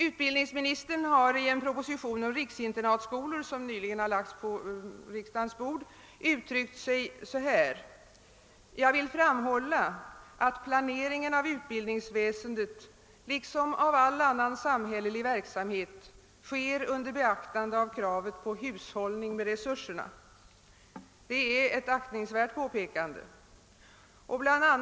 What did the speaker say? Utbildningsministern har i en proposition om riksinternatskolor, som nyligen lagts på riksdagens bord, uttryckt sig så här: »Jag vill framhålla att planeringen av utbildningsväsendet liksom av alla annan samhällelig verksamhet sker under beaktande av kravet på hushållning av resurserna.» Det är ett påpekande som är värt att beakta. Bl.